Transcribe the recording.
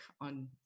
on